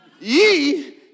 ye